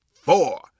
four